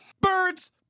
Birds